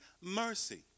mercy